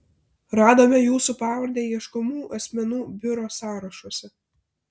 radome jūsų pavardę ieškomų asmenų biuro sąrašuose